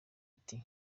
ati